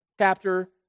chapter